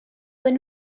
been